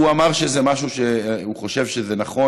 הוא אמר שזה משהו שהוא חושב שהוא נכון,